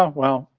ah well,